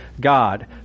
God